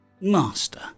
master